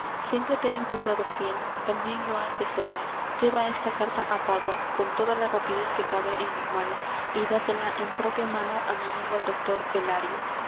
siempre te he encontrado fiel tambien lo has de ser hoy lleva esta carta á pádua con toda la rapidez que cabe en lo humano y dásela en propia mano á mi amigo el dr belario